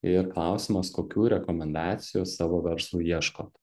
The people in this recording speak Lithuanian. ir klausimas kokių rekomendacijų savo verslui ieškot